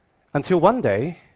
until one day,